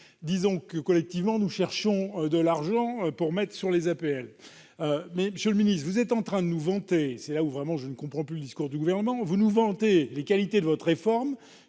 disons que, collectivement, nous cherchons de l'argent pour financer les APL. Monsieur le ministre, vous êtes en train de nous vanter- c'est en ce point que, vraiment, je ne comprends plus le discours du Gouvernement -les qualités de votre réforme